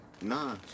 Nah